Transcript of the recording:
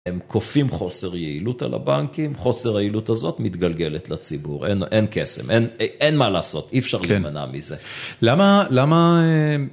הם קופאים חוסר יעילות על הבנקים, חוסר היעילות הזאת מתגלגלת לציבור, אין קסם, אין מה לעשות, אי אפשר להימנע מזה.